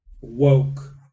Woke